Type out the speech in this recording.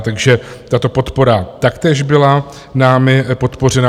Takže tato podpora taktéž byla námi podpořena.